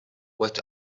what